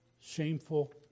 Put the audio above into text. shameful